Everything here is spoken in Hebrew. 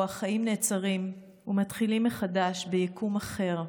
החיים נעצרים ומתחילים מחדש ביקום אחר.